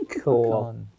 cool